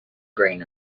grain